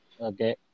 Okay